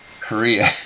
Korea